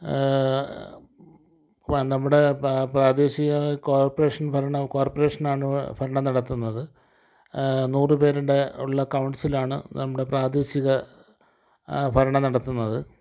നമ്മുടെ പ്രാദേശിക കോർപ്പറേഷൻ ഭരണം കോർപ്പറേഷനാണ് ഭരണം നടത്തുന്നത് നൂറ് പേരുടെ ഉള്ള കൗൺസിലാണ് നമ്മുടെ പ്രാദേശിക ഭരണം നടത്തുന്നത്